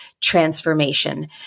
transformation